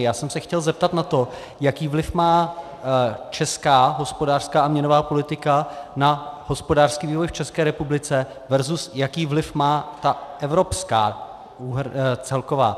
Já jsem se chtěl zeptat na to, jaký vliv má česká hospodářská a měnová politika na hospodářský vývoj v České republice, versus jaký vliv má ta evropská celková.